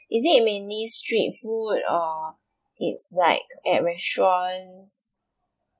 is it many street food or it's like at restaurants